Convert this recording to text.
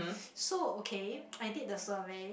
so okay I did the survey